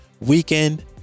weekend